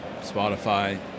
Spotify